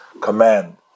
command